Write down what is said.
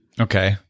okay